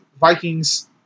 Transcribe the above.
Vikings –